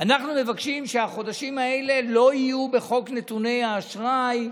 אנחנו מבקשים שהחודשים האלה לא יהיו בחוק נתוני האשראי,